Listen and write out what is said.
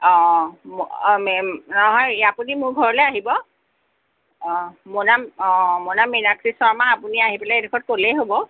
অ অ মেম নহয় আপুনি মোৰ ঘৰলৈ আহিব অ মোৰ নাম অ মোৰ নাম মিনাক্ষী শৰ্মা আপুনি আহি পেলাই এইডোখৰত ক'লেই হ'ব